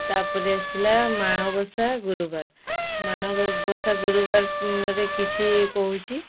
ତା'ପରେ ଆସିଲା ମାଣବସା ଗୁରୁବାର ମାଣବସା ଗୁରୁବାରରେ କିଛି କହୁଛି